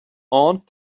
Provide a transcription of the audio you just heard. aunt